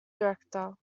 director